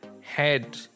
head